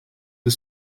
the